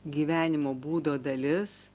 gyvenimo būdo dalis